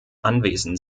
anwesend